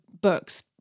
books